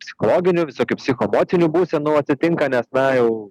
psichologinių visokių psichoemocinių būsenų atsitinka nes na jau